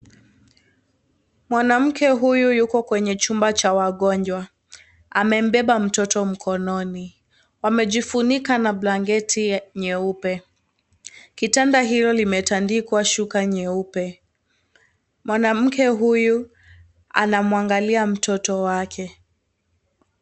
Mwanamke huyu yuko kwenye chumba cha wagonjwa amembeba mtoto mkononi wamejifunika na blanket nyeupe kitanda hilo limetandikwa shuka nyeupe, mwanamke huyu anamwangalia mtoto wake.